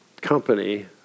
company